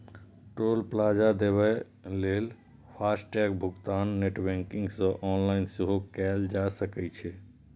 टोल plaza देबय लेल FASTag भुगतान नेट बैंकिंग सं ऑनलाइन सेहो कैल जा सकै छै